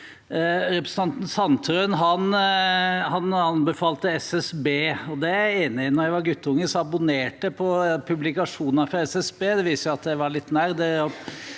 Representanten Sandtrøen anbefalte SSB. Det er jeg enig i. Da jeg var guttunge, abonnerte jeg på publikasjoner fra SSB. Det viser at jeg var litt nerd.